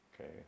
Okay